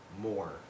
more